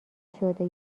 شده